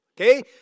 Okay